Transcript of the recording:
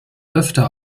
öfter